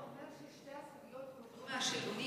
אתה אומר ששתי הסוגיות הורדו מהשאלונים,